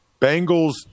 Bengals